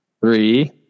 Three